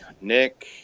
Nick